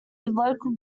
local